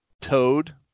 Toad